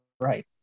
right